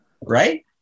Right